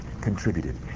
contributed